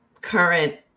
current